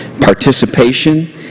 participation